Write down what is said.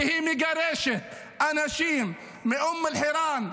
שמגרשת אנשים מאום אלחיראן,